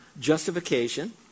justification